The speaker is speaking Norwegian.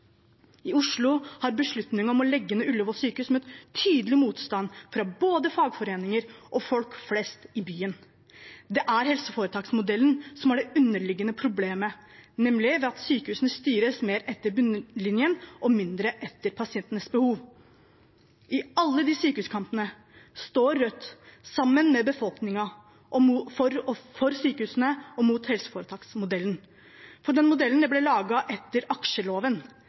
I Oslo har beslutningen om å legge ned Ullevål sykehus møtt tydelig motstand fra både fagforeninger og folk flest i byen. Det er helseforetaksmodellen som er det underliggende problemet – nemlig ved at sykehusene styres mer etter bunnlinjen og mindre etter pasientenes behov. I alle de sykehuskampene står Rødt sammen med befolkningen for sykehusene og mot helseforetaksmodellen. Den modellen ble laget etter aksjeloven